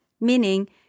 meaning